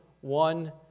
one